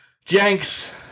Jenks